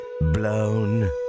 blown